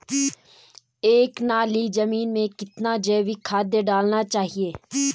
एक नाली जमीन में कितना जैविक खाद डालना चाहिए?